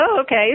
okay